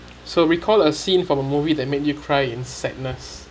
so recall as scene from a movie that made you cry in sadness